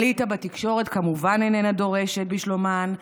האליטה בתקשורת כמובן איננה דורשת בשלומן.